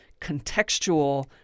contextual